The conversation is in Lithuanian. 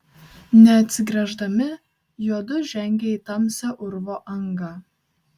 neatsigręždami juodu žengė į tamsią urvo angą